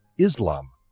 islam,